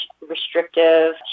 restrictive